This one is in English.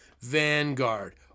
Vanguard